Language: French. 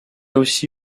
aussi